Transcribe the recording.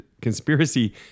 conspiracy